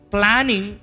Planning